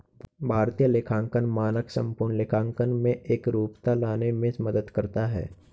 भारतीय लेखांकन मानक संपूर्ण लेखांकन में एकरूपता लाने में मदद करता है